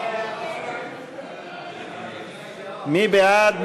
מי בעד?